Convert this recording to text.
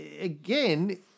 again